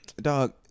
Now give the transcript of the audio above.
dog